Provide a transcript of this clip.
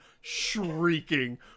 shrieking